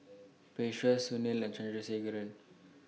Peyush Sunil and Chandrasekaran